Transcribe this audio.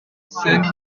sent